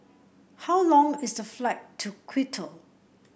how long is the flight to Quito